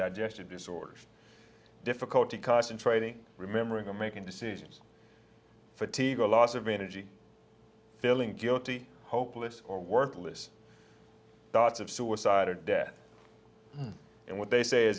igestion disorders difficulty concentrating remembering or making decisions fatigue or loss of energy feeling guilty hopeless or worthless thoughts of suicide or death and what they say